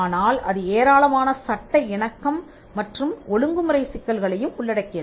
ஆனால் அது ஏராளமான சட்ட இணக்கம் மற்றும் ஒழுங்குமுறை சிக்கல்களையும் உள்ளடக்கியது